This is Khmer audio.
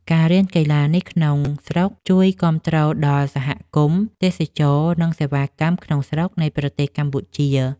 ការរៀនកីឡានេះក្នុងស្រុក ជួយគាំទ្រដល់សហគមន៍ទេសចរណ៍ និងសេវាកម្មក្នុងស្រុកនៃប្រទេសកម្ពុជា។